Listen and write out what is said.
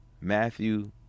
Matthew